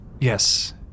Yes